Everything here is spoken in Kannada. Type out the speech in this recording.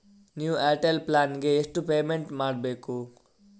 ನ್ಯೂ ಏರ್ಟೆಲ್ ಪ್ಲಾನ್ ಗೆ ಎಷ್ಟು ಪೇಮೆಂಟ್ ಮಾಡ್ಬೇಕು?